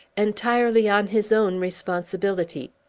entirely on his own responsibility.